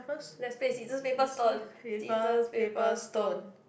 let's play scissors paper stone scissors paper stone